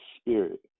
spirit